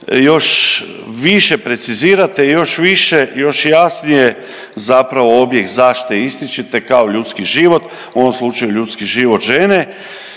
još više precizirate i još više, još jasnije zapravo objekt zaštite ističete kao ljudski život. U ovom slučaju ljudski život žene